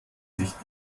sich